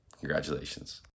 Congratulations